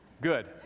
good